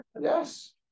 Yes